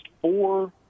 four –